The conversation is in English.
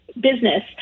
business